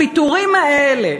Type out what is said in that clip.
הפיטורים האלה